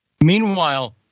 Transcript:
meanwhile—